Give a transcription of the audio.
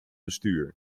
bestuur